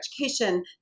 education